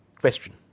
question